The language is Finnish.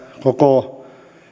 koko